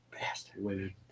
Bastard